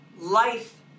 life